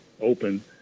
open